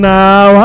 now